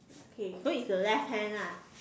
okay so it's a left hand lah